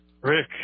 Rick